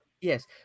Yes